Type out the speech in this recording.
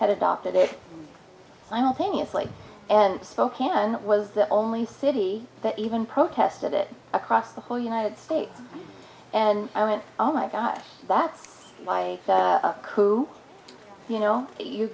had adopted it i don't thing it's like an spokane was the only city that even protested it across the whole united states and i went oh my god that's like who you know you